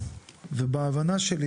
ובהבנה שלי,